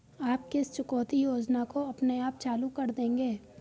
आप किस चुकौती योजना को अपने आप चालू कर देंगे?